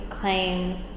claims